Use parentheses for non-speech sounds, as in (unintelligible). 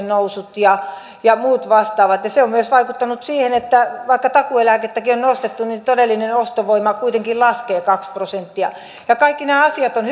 (unintelligible) nousut ja ja muut vastaavat se on myös vaikuttanut siihen että vaikka takuueläkettäkin on nostettu niin todellinen ostovoima kuitenkin laskee kaksi prosenttia kaikki ne asiat on (unintelligible)